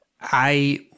I-